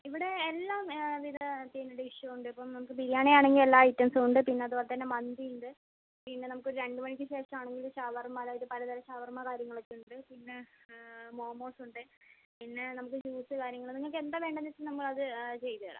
ഇവിടെ എല്ലാം വിധ ഡിഷും ഉണ്ട് ഇപ്പം നമുക്ക് ബിരിയാണി ആണെങ്കിൽ എല്ലാ ഐറ്റംസുമുണ്ട് പിന്നെ അതുപോലെതന്നെ മന്തി ഉണ്ട് പിന്നെ നമുക്ക് ഒരു രണ്ടു മണിക്ക് ശേഷം ആണെങ്കിൽ ഷവർമ അതായത് പലതരം ഷവർമ കാര്യങ്ങളൊക്കെ ഉണ്ട് പിന്നെ മോമോസുണ്ട് പിന്നെ നമുക്ക് ജ്യൂസ് കാര്യങ്ങൾ നിങ്ങൾക്ക് എന്താ വേണ്ടതെന്ന് വെച്ചാൽ നമ്മൾ അത് ചെയ്ത് തരാം